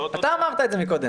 אתה אמרת את זה קודם.